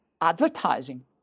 advertising